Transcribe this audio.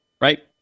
right